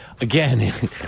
again